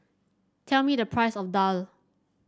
tell me the price of daal